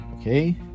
Okay